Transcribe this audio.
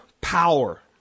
power